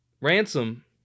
Ransom